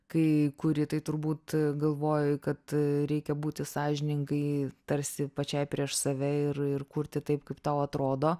kai kuri tai turbūt galvoji kad reikia būti sąžiningai tarsi pačiai prieš save ir ir kurti taip kaip tau atrodo